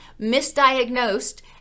misdiagnosed